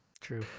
True